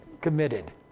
committed